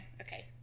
okay